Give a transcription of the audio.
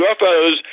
UFOs